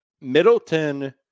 Middleton